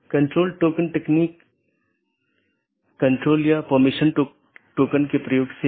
इसलिए जब कोई असामान्य स्थिति होती है तो इसके लिए सूचना की आवश्यकता होती है